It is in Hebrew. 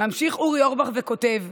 ממשיך אורי אורבך וכותב: